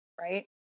right